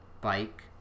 bike